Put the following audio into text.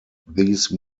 these